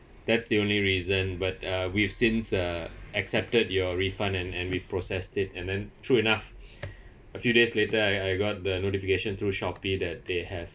that's the only reason but uh we've since uh accepted your refund and and we process it and then true enough a few days later I I got the notification through Shopee that they have